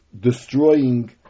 destroying